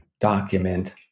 Document